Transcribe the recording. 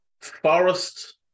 Forest